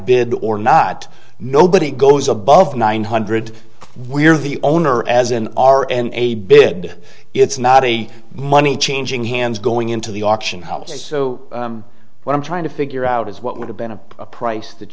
bid or not nobody goes above nine hundred we're the owner as an r and a bid it's not a money changing hands going into the auction house so what i'm trying to figure out is what would have been a price that